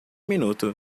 minuto